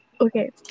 Okay